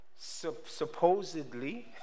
supposedly